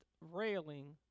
railing